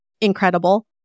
incredible